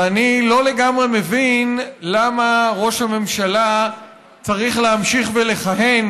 ואני לא לגמרי מבין למה ראש הממשלה צריך להמשיך ולכהן